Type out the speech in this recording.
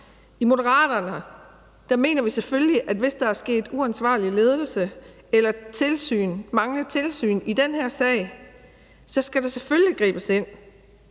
I Moderaterne mener vi selvfølgelig, at hvis der er sket uansvarlig ledelse eller manglende tilsyn i den her sag, så skal der gribes ind,